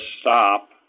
stop